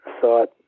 thought